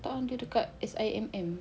tak ah dia dekat S_I_M_M